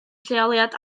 lleoliad